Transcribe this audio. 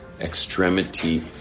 extremity